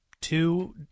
two